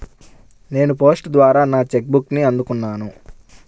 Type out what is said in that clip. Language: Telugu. నేను పోస్ట్ ద్వారా నా చెక్ బుక్ని అందుకున్నాను